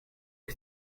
que